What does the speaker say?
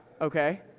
Okay